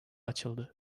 açıldı